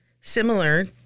similar